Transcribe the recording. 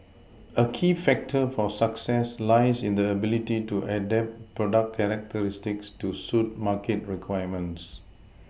a key factor for success lies in the ability to adapt product characteristics to suit market requirements